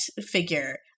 figure